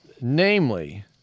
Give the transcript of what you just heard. Namely